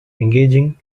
engaging